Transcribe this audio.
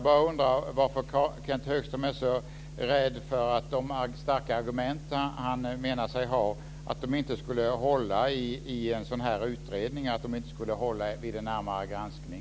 Varför är Kenth Högström så rädd för att de starka argument som han menar sig ha inte skulle hålla i en sådan här utredning och vid en närmare granskning?